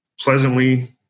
pleasantly